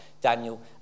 Daniel